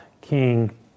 King